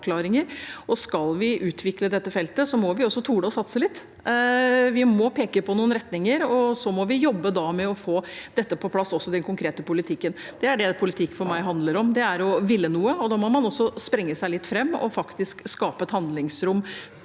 Skal vi utvikle dette feltet, må vi også tore å satse litt. Vi må peke på noen retninger, og så må vi jobbe med å få dette på plass også i den konkrete politikken. Det er det politikk handler om for meg, å ville noe, og da må man også sprenge seg litt fram og faktisk skape et handlingsrom